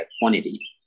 quantity